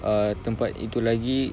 err tempat itu lagi